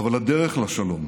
אבל הדרך לשלום